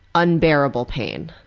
unbearable pain,